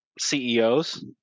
CEOs